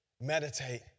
Meditate